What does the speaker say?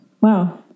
Wow